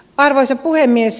arvoisa puhemies